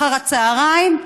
אחר הצוהריים.